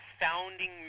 founding